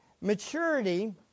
Maturity